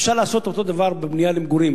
אפשר לעשות אותו דבר בבנייה למגורים,